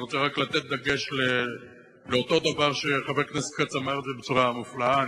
אני רוצה רק לתת דגש באותו דבר שחבר הכנסת כץ אמר בצורה מופלאה.